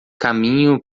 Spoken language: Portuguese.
caminho